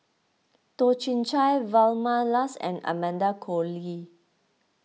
Toh Chin Chye Vilma Laus and Amanda Koe Lee